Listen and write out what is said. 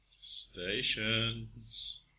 Stations